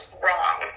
wrong